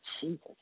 Jesus